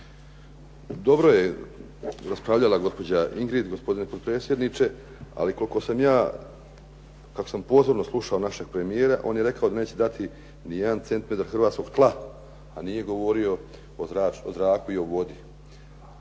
Dobro je raspravljala gospođa Ingrid gospodine potpredsjedniče, ali koliko sam ja kako sam pozorno slušao našeg premijera on je rekao da neće dati niti jedan centimetar hrvatskog tla a nije govorio o zraku i o vodi.